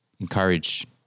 encourage